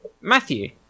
matthew